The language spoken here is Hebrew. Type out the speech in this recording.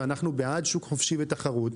ואנחנו בעד שוק חופשי ותחרות,